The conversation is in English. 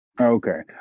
Okay